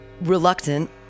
reluctant